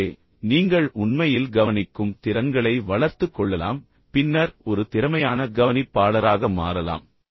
எனவே நீங்கள் உண்மையில் கவனிக்கும் திறன்களை வளர்த்துக் கொள்ளலாம் பின்னர் ஒரு திறமையான கவனிப்பாளராக மாறலாம்